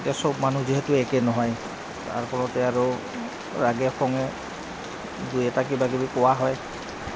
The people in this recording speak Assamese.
এতিয়া চব মানুহ যিহেতু একে নহয় তাৰ ফলতে আৰু ৰাগে খঙে দুই এটা কিবা কিবি কোৱা হয়